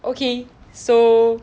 okay so